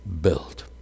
built